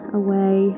away